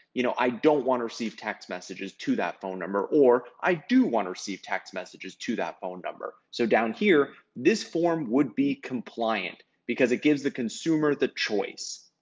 you know, i don't want to receive text messages to that phone number, or, i do want to receive text messages to that phone number. so down here, this form would be compliant, because it gives the consumer the choice.